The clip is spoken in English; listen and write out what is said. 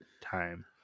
time